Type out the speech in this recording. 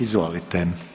Izvolite.